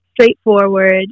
straightforward